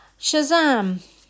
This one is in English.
Shazam